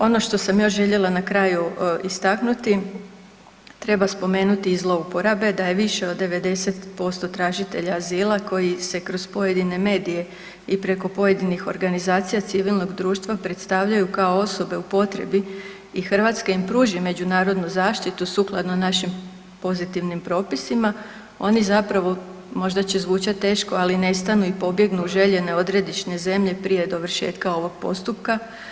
Ono što sam još željela na kraju istaknuti treba spomenuti i zlouporabe da je više od 90% tražitelja azila koji se kroz pojedine medije i preko pojedinih organizacija civilnog društva predstavljaju kao osobe u potrebi i Hrvatska im pruži međunarodnu zaštitu sukladno našim pozitivnim propisima oni zapravo možda će zvučati teško, ali ne stanu i pobjegnu željene odredišne zemlje prije dovršetka ovog postupka.